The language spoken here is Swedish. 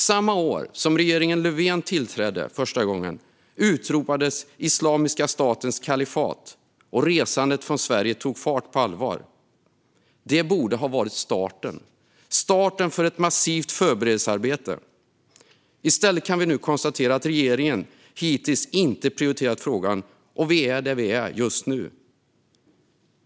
Samma år som regeringen Löfven tillträdde första gången utropades Islamiska statens "kalifat", och resandet från Sverige tog fart på allvar. Det borde ha varit starten för ett massivt förberedelsearbete. I stället kan vi nu konstatera att regeringen hittills inte prioriterat frågan, och vi är där vi är just nu.